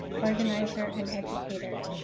organizer and educator.